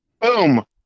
Boom